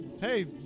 Hey